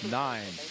nine